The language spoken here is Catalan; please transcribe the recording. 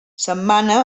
setmana